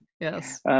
Yes